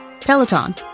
Peloton